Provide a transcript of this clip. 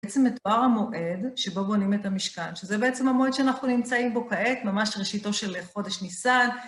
בעצם מתואר המועד שבו בונים את המשקן, שזה בעצם המועד שאנחנו נמצאים בו כעת, ממש ראשיתו של חודש ניסן.